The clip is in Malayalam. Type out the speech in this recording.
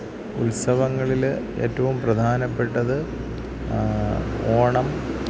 ഉത്സവങ്ങളില് ഏറ്റവും പ്രധാനപ്പെട്ടത് ഓണം